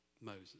Moses